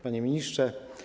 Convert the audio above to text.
Panie Ministrze!